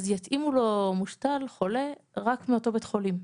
אז יתאימו לו מושתל, חולה, רק מאותו בית חולים.